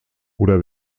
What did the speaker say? oder